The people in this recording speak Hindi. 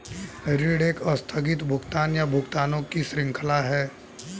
ऋण एक आस्थगित भुगतान, या भुगतानों की श्रृंखला है